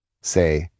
Say